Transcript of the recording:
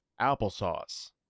applesauce